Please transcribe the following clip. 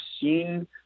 seen